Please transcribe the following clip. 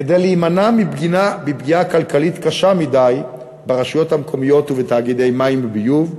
כדי להימנע מפגיעה כלכלית קשה מדי ברשויות מקומיות ובתאגידי מים וביוב,